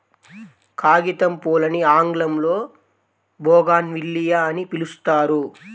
కాగితంపూలని ఆంగ్లంలో బోగాన్విల్లియ అని పిలుస్తారు